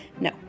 No